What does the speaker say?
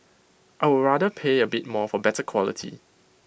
I would rather pay A bit more for better quality